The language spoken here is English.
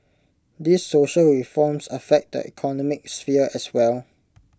these social reforms affect the economic sphere as well